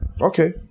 Okay